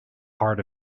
part